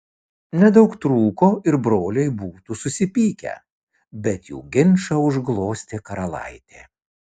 nedaug trūko ir broliai būtų susipykę bet jų ginčą užglostė karalaitė